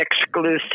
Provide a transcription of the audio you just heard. exclusive